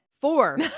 Four